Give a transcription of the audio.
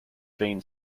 vein